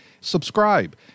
Subscribe